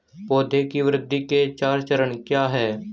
पौधे की वृद्धि के चार चरण क्या हैं?